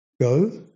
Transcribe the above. go